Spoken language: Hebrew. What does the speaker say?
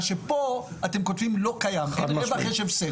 מה שפה אתם כותבים לא קיים רווח, יש הפסד.